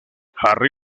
harry